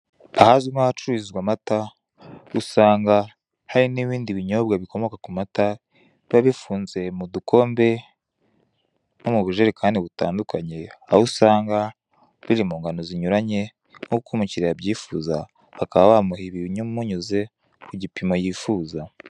Ahazwi nk'ahacururizwa amata usanga hari n'ibindi bikomoka ku mata, biba bifunze mu dukombe no mu bujerekane butandukanye aho usanga biri mu ngano zinyuranye nk'uko umukiriya abyifuza bakaba bamuha ibimunyuze ku gipimo yifuza.